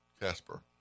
Casper